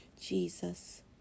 Jesus